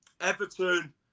Everton